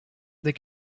they